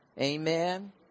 Amen